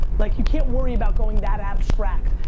like you can't worry about going that abstract.